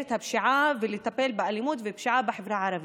את הפשיעה ולטפל באלימות ובפשיעה בחברה הערבית.